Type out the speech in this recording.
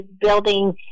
building